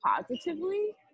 positively